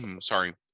sorry